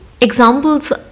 examples